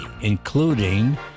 including